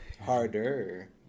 Harder